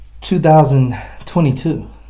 2022